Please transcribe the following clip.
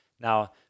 now